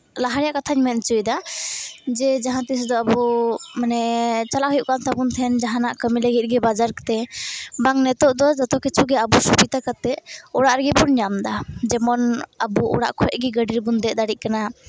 ᱞᱟᱦᱟ ᱨᱮᱭᱟᱜ ᱠᱟᱛᱷᱟᱧ ᱢᱮᱱ ᱦᱚᱪᱚᱭᱮᱫᱟ ᱡᱮ ᱡᱟᱦᱟᱸ ᱛᱤᱥ ᱫᱚ ᱟᱵᱚ ᱢᱟᱱᱮ ᱪᱟᱞᱟᱜ ᱦᱩᱭᱩᱜ ᱠᱟᱱ ᱛᱟᱵᱚᱱ ᱛᱟᱦᱮᱱ ᱡᱟᱦᱟᱱᱟᱜ ᱠᱟᱹᱢᱤ ᱞᱟᱹᱜᱤᱫ ᱛᱮ ᱵᱟᱡᱟᱨ ᱛᱮ ᱵᱟᱝ ᱱᱤᱛᱚᱜ ᱫᱚ ᱡᱚᱛᱚ ᱠᱤᱪᱷᱩ ᱜᱮ ᱟᱵᱚ ᱥᱩᱵᱤᱫᱟ ᱠᱟᱛᱮ ᱚᱲᱟᱜ ᱨᱮᱜᱮ ᱵᱚᱱ ᱧᱟᱢᱮᱫᱟ ᱡᱮᱢᱚᱱ ᱟᱵᱚ ᱚᱲᱟᱜ ᱠᱚᱨᱮᱜ ᱜᱮ ᱜᱟᱹᱰᱤ ᱨᱮᱵᱚᱱ ᱫᱮᱡ ᱫᱟᱲᱮᱜ ᱠᱟᱱᱟ